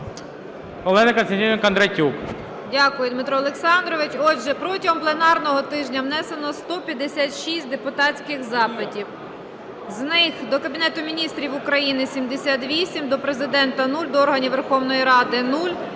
Олена Костянтинівна Кондратюк.